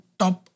top